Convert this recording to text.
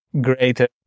greater